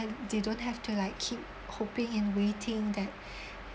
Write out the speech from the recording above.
and they don't have to like keep hoping and waiting that